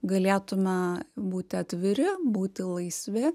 galėtume būti atviri būti laisvi